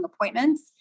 appointments